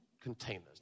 containers